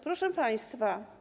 Proszę Państwa!